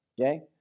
okay